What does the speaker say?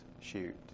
shoot